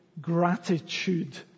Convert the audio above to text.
gratitude